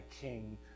King